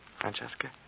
Francesca